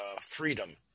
freedom